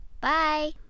Bye